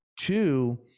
Two